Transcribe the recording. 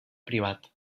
privat